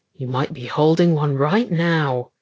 you might be holding one right now.